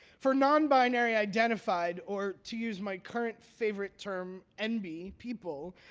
for non-binary identified or, to use my current favorite term, nb people,